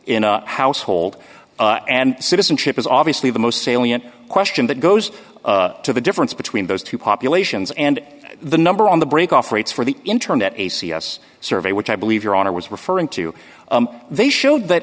in a household and citizenship is obviously the most salient question that goes to the difference between those two populations and the number on the break off rates for the internet a c s survey which i believe your honor was referring to they showed that